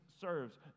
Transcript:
serves